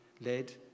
led